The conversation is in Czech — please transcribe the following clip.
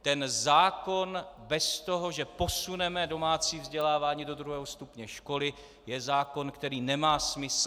Ten zákon bez toho, že posuneme domácí vzdělávání do druhého stupně školy, je zákon, který nemá smysl.